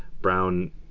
Brown